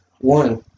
one